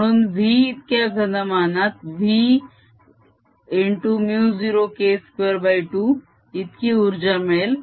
म्हणून v इतक्या घनमनात V0K22 इतकी उर्जा मिळेल